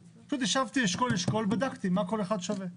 ישבתי אשכול אשכול ובדקתי מה כל אחד שווה.